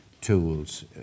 tools